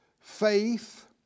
faith